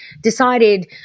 decided